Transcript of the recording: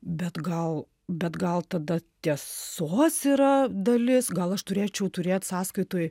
bet gal bet gal tada tiesos yra dalis gal aš turėčiau turėt sąskaitoj